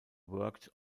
worked